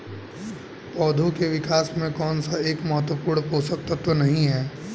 पौधों के विकास में कौन सा एक महत्वपूर्ण पोषक तत्व नहीं है?